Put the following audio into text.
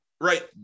right